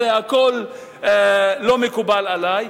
זה הכול לא מקובל עלי,